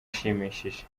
ishimishije